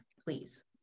please